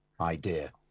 idea